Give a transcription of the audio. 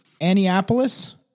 Annapolis